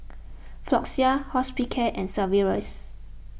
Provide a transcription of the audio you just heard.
Floxia Hospicare and Sigvaris